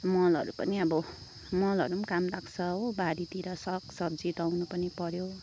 मलहरू पनि अब मलहरू नि काम लाग्छ हो बारीतिर सागसब्जी लाउनु पनि पऱ्यो